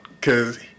cause